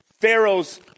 Pharaoh's